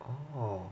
orh